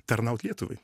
tarnaut lietuvai